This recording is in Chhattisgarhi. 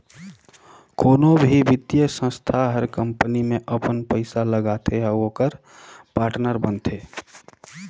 कोनो भी बित्तीय संस्था हर कंपनी में अपन पइसा लगाथे अउ ओकर पाटनर बनथे